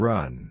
Run